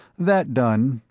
that done,